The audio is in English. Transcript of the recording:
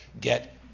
get